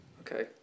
okay